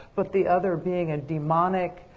but the other being a demonic,